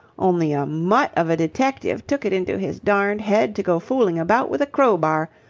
only a mutt of a detective took it into his darned head to go fooling about with a crowbar.